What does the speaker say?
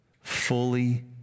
fully